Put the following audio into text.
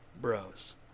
bros